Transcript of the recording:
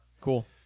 Cool